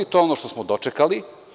To je ono što smo dočekali.